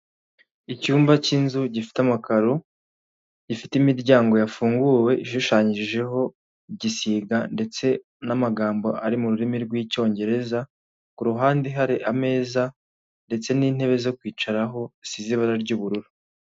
Icyumba k'inzu gifite amakaro gifite imiryango yafunguwe ishushanyijeho igisiga ndetse n'amagambo ari mu rurimi rw'icyongereza ku ruhande hari ameza ndetse n'intebe zo kwicaraho zisize ibara ry'ubururu.